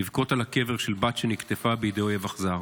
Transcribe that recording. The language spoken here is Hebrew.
לבכות על הקבר של בת שנקטפה בידי אויב אכזר.